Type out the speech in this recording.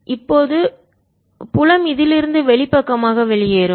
இப்போது புலம் இதிலிருந்து வெளிப்பக்கமாக வெளியேறும்